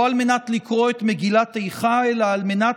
לא על מנת לקרוא את מגילת איכה אלא על מנת